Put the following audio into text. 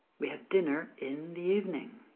we have dinner in the evening